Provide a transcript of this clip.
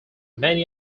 many